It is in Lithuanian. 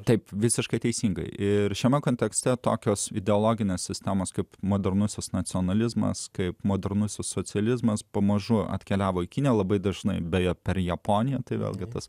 taip visiškai teisingai ir šiame kontekste tokios ideologinės sistemos kaip modernusis nacionalizmas kaip modernusis socializmas pamažu atkeliavo į kine labai dažnai beje per japoniją tai vėlgi tas